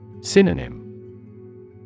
Synonym